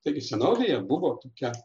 taigi senovėje buvo tokia